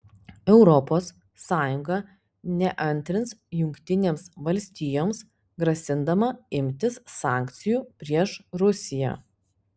europos sąjunga neantrins jungtinėms valstijoms grasindama imtis sankcijų prieš rusiją